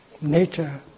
Nature